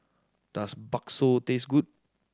does Bakso taste good